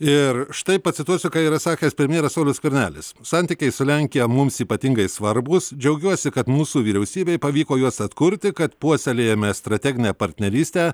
ir štai pacituosiu ką yra sakęs premjeras saulius skvernelis santykiai su lenkija mums ypatingai svarbūs džiaugiuosi kad mūsų vyriausybei pavyko juos atkurti kad puoselėjame strateginę partnerystę